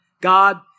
God